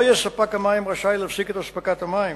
לא יהיה ספק המים רשאי להפסיק את אספקת המים.